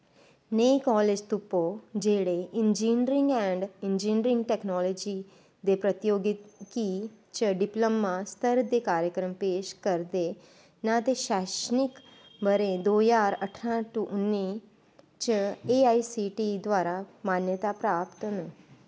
नेह कालेज तुप्पो जेह्ड़े इंजीनियरिंग ऐंड इंजीनियरिंग टैक्नालोजी ते प्रौद्योगिकी च डिप्लोमा स्तर दे कार्यक्रम पेश करदे न ते शैक्षणिक ब'रे दो ज्हार अट्ठरां टू उन्नी च एआईसीटीई द्वारा मान्यता प्राप्त न